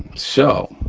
so